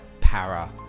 Para